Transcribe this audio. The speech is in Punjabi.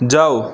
ਜਾਓ